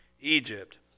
Egypt